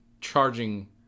charging